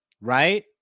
Right